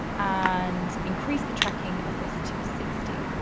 and increase the tracking of this to sixty.